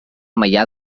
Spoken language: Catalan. maià